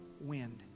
wind